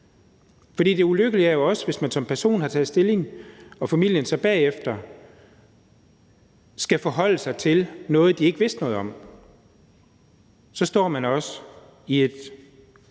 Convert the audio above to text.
for det ulykkelige er jo også, hvis man som person har taget stilling, men at familien så bagefter skal forholde sig til noget, de ikke vidste noget om. Så står man også med